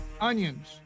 Onions